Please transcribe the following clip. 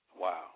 Wow